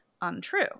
untrue